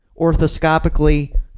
orthoscopically